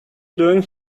doing